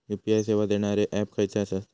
UPI सेवा देणारे app खयचे आसत?